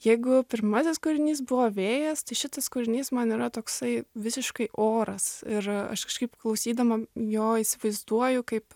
jeigu pirmasis kūrinys buvo vėjas tai šitas kūrinys man yra toksai visiškai oras ir aš kažkaip klausydama jo įsivaizduoju kaip